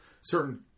certain